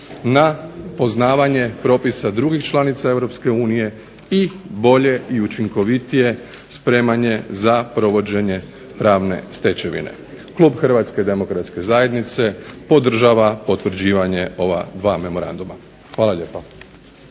na poznavanje drugih članice Europske unije i bolje i učinkovitije spremanje za provođenje pravne stečevine. Klub HDZ-a podržava potvrđivanje ova dva memoranduma. Hvala lijepa